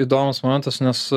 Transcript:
įdomus momentas nes